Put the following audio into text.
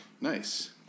Nice